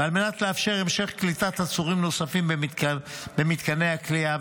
ועל מנת לאפשר המשך קליטת עצורים נוספים במתקני הכליאה,